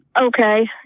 Okay